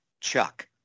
Chuck